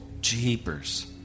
Jeepers